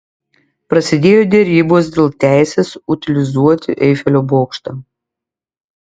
prasidėjo derybos dėl teisės utilizuoti eifelio bokštą